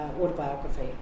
autobiography